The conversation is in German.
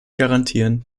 garantieren